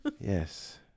Yes